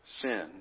sin